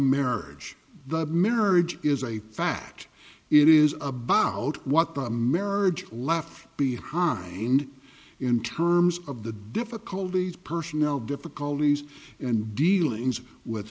marriage the marriage is a fact it is about what the a marriage left behind in terms of the difficulties personal difficulties and dealings with